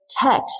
Text